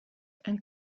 and